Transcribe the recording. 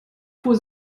fuhr